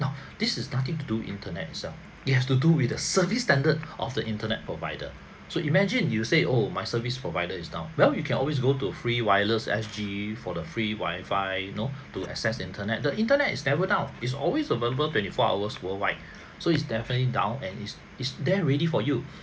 this is nothing to do internet itself you have to do with the service standard of the internet provider so imagine you say oh my service provider is down well you can always go to free wireless S_G for the free wifi you know to access the internet the internet is never down is always available twenty four hours worldwide so it's definitely down and is is there ready for you